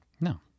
No